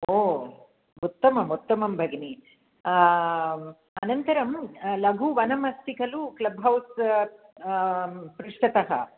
ओ उत्तमम् उत्तमं भगिनी अनन्तरं लघुवनम् अस्ति खलु क्लब् हौस् पृष्ठतः